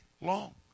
long